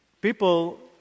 People